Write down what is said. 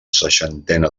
seixantena